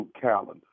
calendar